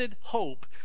hope